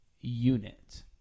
unit